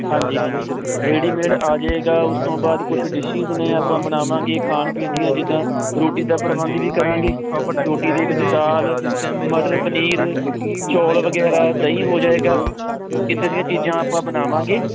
ਹਾਂਜੀ ਹਾਂਜੀ ਰੈਡੀਮੇਡ ਆ ਜਾਏਗਾ ਉਸ ਤੋਂ ਬਾਅਦ ਕੁਝ ਡਿਸ਼ਜ਼ ਨੇ ਆਪਾਂ ਬਣਾਵਾਂਗੇ ਖਾਣ ਪੀਣ ਦੀਆਂ ਜਿੱਦਾਂ ਰੋਟੀ ਦਾ ਪ੍ਰਬੰਧ ਵੀ ਕਰਾਂਗੇ ਰੋਟੀ ਦੇ ਵਿੱਚ ਦਾਲ ਮਟਰ ਪਨੀਰ ਚੋਲ ਵਗੈਰਾ ਦਹੀਂ ਹੋ ਜਾਏਗਾ ਇੱਦਾਂ ਦੀਆਂ ਚੀਜ਼ਾਂ ਆਪਾਂ ਬਣਾਵਾਂਗੇ